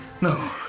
No